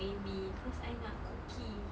maybe cause I nak cookie